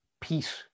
peace